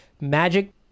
magic